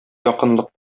якынлык